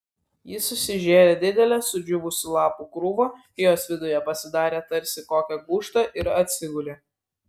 ji susižėrė didelę sudžiūvusių lapų krūvą jos viduje pasidarė tarsi kokią gūžtą ir atsigulė